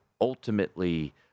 ultimately